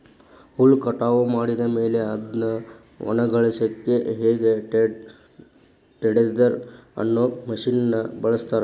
ಹುಲ್ಲ್ ಕಟಾವ್ ಮಾಡಿದ ಮೇಲೆ ಅದ್ನ ಒಣಗಸಲಿಕ್ಕೆ ಹೇ ಟೆಡ್ದೆರ್ ಅನ್ನೋ ಮಷೇನ್ ನ ಬಳಸ್ತಾರ